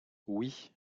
oui